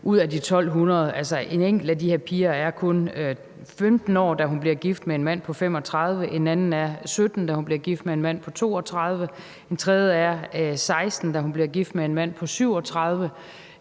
ud af de 1.200 er der en enkelt af de her piger, der kun er 15 år, da hun bliver gift med en mand på 35 år, en anden er 17 år, da hun bliver gift med en mand på 32 år, og en tredje er 16 år, da hun bliver gift med en mand på 37